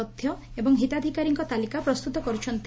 ତଥ୍ୟ ଏବଂ ହିତାଧିକାରୀଙ୍କ ତାଲିକା ପ୍ରସ୍ତୁତ କର୍୍ ଛନ୍ତି